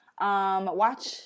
watch